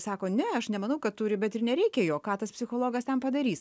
sako ne aš nemanau kad turi bet ir nereikia jo ką tas psichologas ten padarys